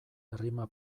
errima